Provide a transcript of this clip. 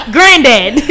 Granddad